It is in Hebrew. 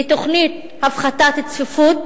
מתוכנית של הפחתת צפיפות